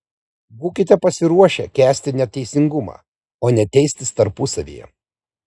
būkite pasiruošę kęsti neteisingumą o ne teistis tarpusavyje